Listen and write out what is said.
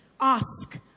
ask